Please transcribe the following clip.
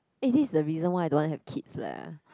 eh this the reason why I don't want have kids leh